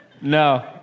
No